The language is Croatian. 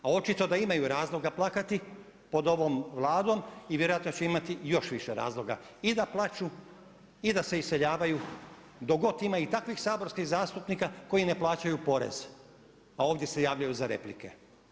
A očito da imaju razloga plakati pod ovom Vladom i vjerojatno će imati još više razloga i da plaču i da se iseljavaju dok god ima i takvih saborskih zastupnika koji ne plaćaju porez, a ovdje se javljaju za replike.